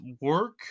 work